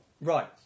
Right